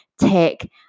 take